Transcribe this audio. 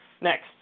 next